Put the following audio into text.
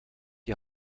die